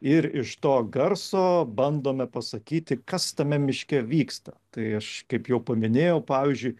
ir iš to garso bandome pasakyti kas tame miške vyksta tai aš kaip jau paminėjau pavyzdžiui